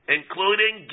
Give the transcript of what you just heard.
including